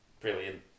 Brilliant